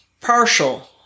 partial